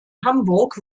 hamburg